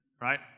right